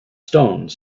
stone